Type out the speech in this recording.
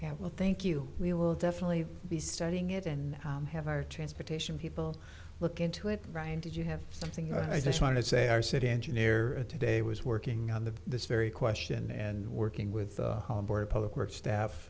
yeah well thank you we will definitely be studying it and have our transportation people look into it brian did you have something i just want to say our city engineer today was working on the this very question and working with the public works staff